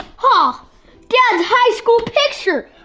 ha dad's high school picture!